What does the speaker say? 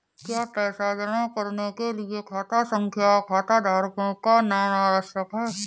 क्या पैसा जमा करने के लिए खाता संख्या और खाताधारकों का नाम आवश्यक है?